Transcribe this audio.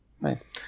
Nice